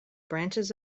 branches